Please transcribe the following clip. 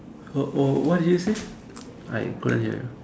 oh oh what did you say I couldn't hear you